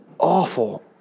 awful